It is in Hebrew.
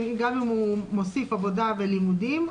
גם אם הוא מוסיף עבודה ולימודים --- אוקיי.